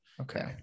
Okay